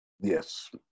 Yes